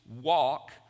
walk